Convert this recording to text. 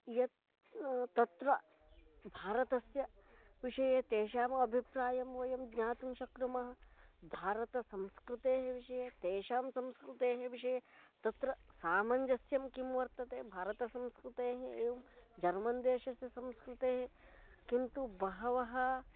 यत् तत्र भारतस्य विषये तेषाम् अभिप्रायं वयं ज्ञातुं शक्नुमः भारतसंस्कृतेः विषये तेषां संस्कृतेः विषये तत्र सामञ्जस्यं किं वर्तते भारतसंस्कृतेः एवं जर्मन्देशस्य संस्कृतेः किन्तु बहवः